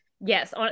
yes